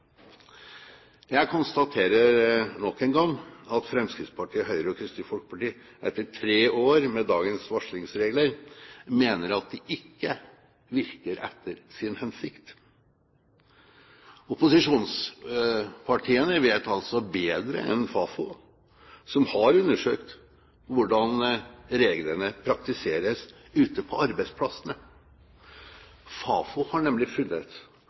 Jeg konstaterer nok en gang at Fremskrittspartiet, Høyre og Kristelig Folkeparti etter tre år med dagens varslingsregler mener at det ikke virker etter sin hensikt. Opposisjonspartiene vet altså bedre enn Fafo, som har undersøkt hvordan reglene praktiseres ute på arbeidsplassene. Fafo har nemlig